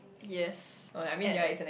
yes and